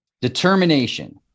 determination